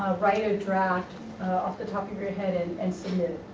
write a draft off the top of your head and and submit